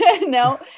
no